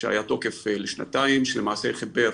שהיה תוקף לשנתיים, שלמעשה חיבר